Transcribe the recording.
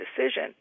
decision